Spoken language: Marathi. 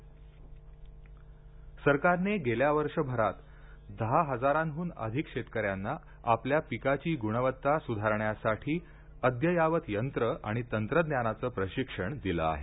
कृषी प्रशिक्षण सरकारने गेल्या वर्ष भरात दहा हजाराहून अधिक शेतकऱ्यांना आपल्या पिकाची गुणवत्ता सुधारण्यासाठी अद्ययावत यंत्र आणि तंत्रज्ञानाचं प्रशिक्षण दिलं आहे